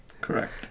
correct